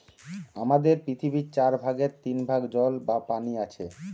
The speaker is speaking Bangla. আমাদের পৃথিবীর চার ভাগের তিন ভাগ জল বা পানি আছে